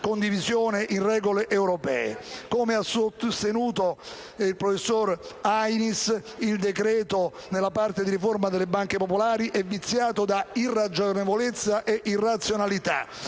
condivisione in regole europee. Come ha sostenuto il professor Ainis, il decreto-legge, nella parte di riforma delle banche popolari, è viziato da irragionevolezza e irrazionalità.